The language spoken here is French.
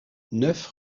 neuf